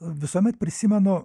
visuomet prisimenu